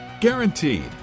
Guaranteed